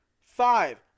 five